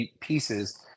pieces –